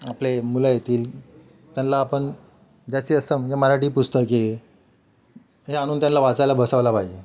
आपले मुलं येतील त्यांना आपण जास्त असं म्हणजे मराठी पुस्तके हे आणून त्यांना वाचायला बसावायला पाहिजे